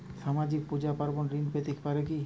সামাজিক পূজা পার্বণে ঋণ পেতে পারে কি?